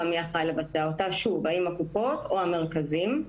מי אחראי לבצע - האם הקופות או המרכזים.